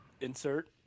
Insert